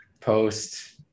post